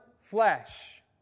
flesh